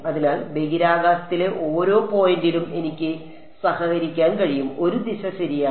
അതിനാൽ ബഹിരാകാശത്തിലെ ഓരോ പോയിന്റിലും എനിക്ക് സഹകരിക്കാൻ കഴിയും ഒരു ദിശ ശരിയാണ്